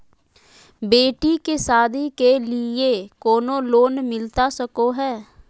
बेटी के सादी के लिए कोनो लोन मिलता सको है?